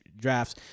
drafts